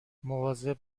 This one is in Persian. مواظب